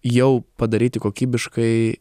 jau padaryti kokybiškai